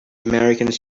americans